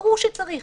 ברור שצריך.